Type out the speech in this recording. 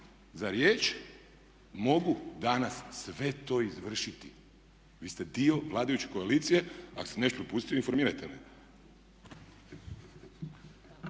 za riječ mogu danas sve to izvršiti. Vi ste dio vladajuće koalicije, ako sam nešto propustio, informirajte